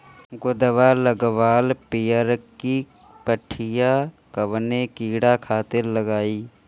गोदवा लगवाल पियरकि पठिया कवने कीड़ा खातिर लगाई?